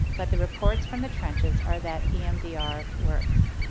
but the reports from the trenches are that emdr works.